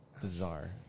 Bizarre